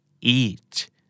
Eat